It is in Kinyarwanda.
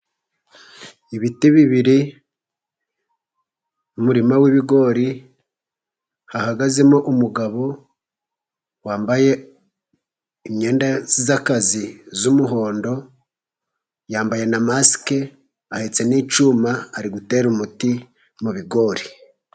Ibiti bibiri biri mumurima w'ibigori, hahagazemo umugabo wambaye imyenda y'akazi y'umuhondo, yambaye na masike ahetse n'icyuma ari gutera umuti mu bigori.